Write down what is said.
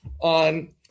on